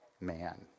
man